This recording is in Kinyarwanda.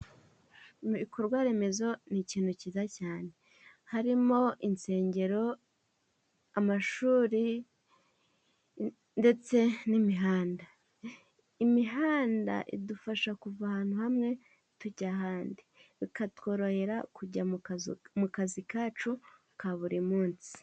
Ibikorwaremezo ni ikintu cyiza cyane, harimo insengero, amashuri, ndetse n’imihanda. Imihanda idufasha kuva ahantu hamwe tujya ahandi, bikatworohera kujya mu kazi kacu ka buri munsi.